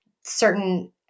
certain